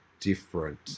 different